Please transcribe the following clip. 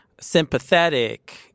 sympathetic